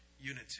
unity